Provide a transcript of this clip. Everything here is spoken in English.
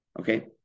okay